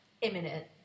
imminent